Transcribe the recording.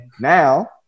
now